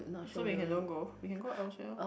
so we can don't go we can go elsewhere lor